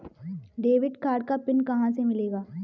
Debit card का PIN कहां से मिलेगा?